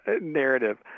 narrative